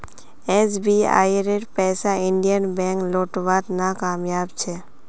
एसबीआईर पैसा Indian Bank लौटव्वात नाकामयाब छ